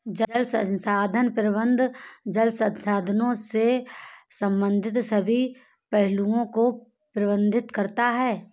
जल संसाधन प्रबंधन जल संसाधनों से संबंधित सभी पहलुओं को प्रबंधित करता है